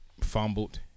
fumbled